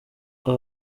aba